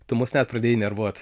tu mus net pradėjai nervuot